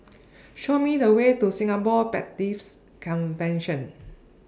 Show Me The Way to Singapore Baptist Convention